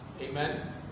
Amen